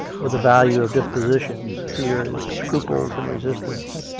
of the value of dispositions, fears, scruples, and resistance.